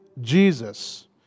Jesus